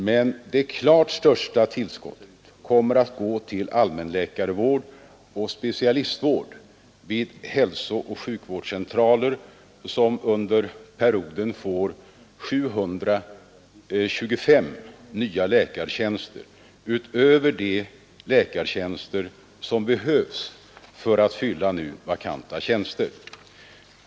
Men det klart största tillskottet kommer att gå till allmänläkarvård och specialistvård vid hälsooch sjukvårdscentraler som under perioden får 725 nya läkartjänster utöver de läkartjänster som behövs för att fylla nu vakanta tjänster.